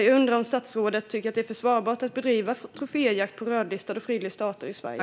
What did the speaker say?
Jag undrar om statsrådet tycker att det är försvarbart att bedriva troféjakt på rödlistade och fridlysta arter i Sverige.